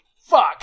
fuck